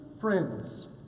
friends